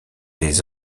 des